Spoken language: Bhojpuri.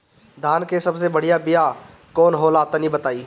धान के सबसे बढ़िया बिया कौन हो ला तनि बाताई?